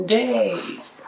days